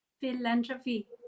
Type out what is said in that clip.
Philanthropy